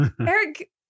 Eric